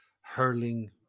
hurling